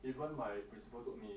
even my principal told me